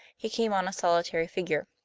he came on a solitary figure.